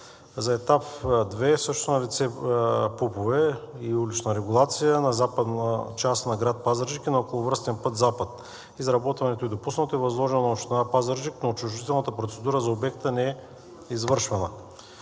За Етап II също са налице ПУП-ове и улична регулация на западната част на град Пазарджик и на околовръстен път запад. Изработването е допуснато и възложено на Община Пазарджик, но отчуждителна процедура за обекта не е извършвана.